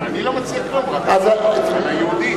אני לא מציע כלום, רק, לייעודית.